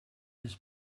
his